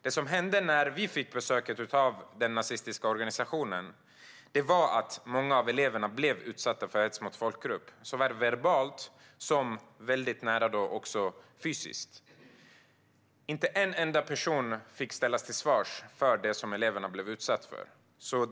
Det som hände när vi fick besök av den nazistiska organisationen var att många av eleverna blev utsatta för hets mot folkgrupp verbalt. Det var också väldigt nära fysisk hets. Inte en enda person ställdes till svars för det eleverna utsattes för.